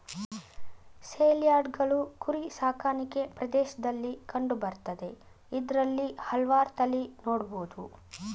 ಸೇಲ್ಯಾರ್ಡ್ಗಳು ಕುರಿ ಸಾಕಾಣಿಕೆ ಪ್ರದೇಶ್ದಲ್ಲಿ ಕಂಡು ಬರ್ತದೆ ಇದ್ರಲ್ಲಿ ಹಲ್ವಾರ್ ತಳಿ ನೊಡ್ಬೊದು